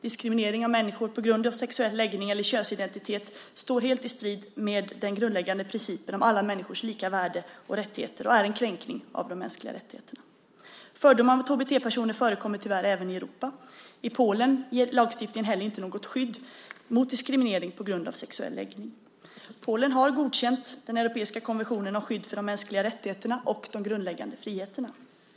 Diskriminering av människor på grund av sexuell läggning eller könsidentitet står helt i strid med den grundläggande principen om alla människors lika värde och rättigheter och är en kränkning av de mänskliga rättigheterna. Fördomar mot HBT-personer förekommer tyvärr även i Europa. I Polen ger lagstiftningen inte heller något skydd mot diskriminering på grund av sexuell läggning. Polen har godkänt den europeiska konventionen om skydd för de mänskliga rättigheterna och de grundläggande friheterna.